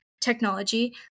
technology